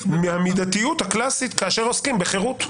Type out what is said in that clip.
--- מהמידתיות הקלאסית כאשר עוסקים בחירות.